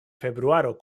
februaro